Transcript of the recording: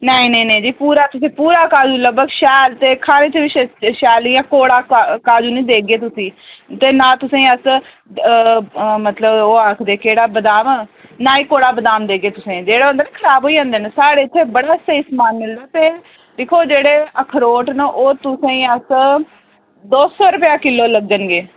नेईं नेईं जी तुसें पूरा पूरा काजू लब्भग शैल ते खाने च बी शैल इ'यां कौड़ा काजू नी देगे तुसेंगी ते ना तुसेंगी मतलब अस ओह् आखदे केह्ड़ा बदाम ना गै कौड़ा बदाम दे गे तुसेंगी जेह्ड़े होंदे न खराब होई जंदे न साढ़े इत्थै बड़ा स्हेई समान मिलदा ते दिक्खो जेह्ड़े अखरोट न ओह् तुसेंगी अस दो सौ रपेआ किलो लग्गन गे